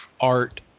art